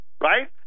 Right